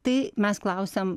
tai mes klausiam